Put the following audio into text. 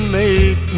make